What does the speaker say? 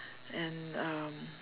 and um